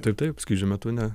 taip taip skrydžio metu ne